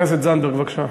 חברת הכנסת זנדברג, בבקשה.